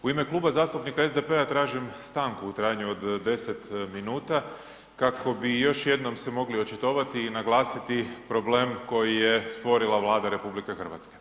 U ime Kluba zastupnika SDP-a u trajanju od 10 minuta kako bi još jednom se mogli očitovati i naglasiti problem koji je stvorila Vlada RH.